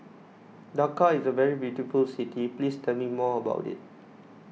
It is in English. Dakar is a very beautiful city please tell me more about it